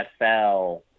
NFL